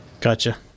Gotcha